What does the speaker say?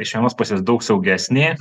iš vienos pusės daug saugesnė